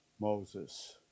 Moses